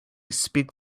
speak